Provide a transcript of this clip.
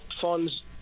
funds